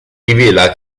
rivela